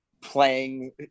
playing